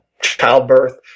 childbirth